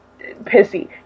pissy